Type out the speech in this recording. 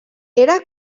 era